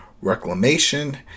Reclamation